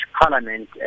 Parliament